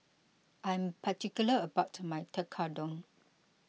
I am particular about my Tekkadon